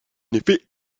effet